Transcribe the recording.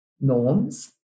norms